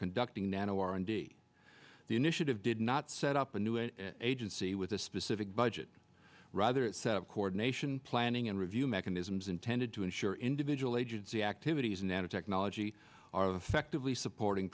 conducting nano r and d the initiative did not set up a new an agency with a specific budget rather it set coordination planning and review mechanisms intended to ensure individual agency activities nanotechnology are effectively supporting